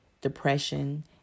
depression